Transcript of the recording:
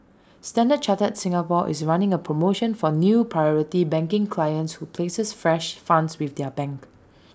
standard chartered Singapore is running A promotion for new priority banking clients who places fresh funds with the bank